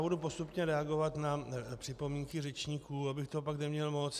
Budu postupně reagovat na připomínky řečníků, abych toho pak neměl moc.